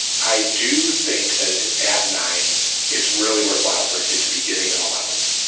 i do think that at nine it's really worthwhile for a kid to be getting an allowance.